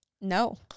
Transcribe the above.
No